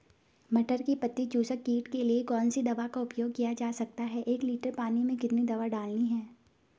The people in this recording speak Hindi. मटर में पत्ती चूसक कीट के लिए कौन सी दवा का उपयोग किया जा सकता है एक लीटर पानी में कितनी दवा डालनी है?